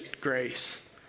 grace